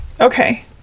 okay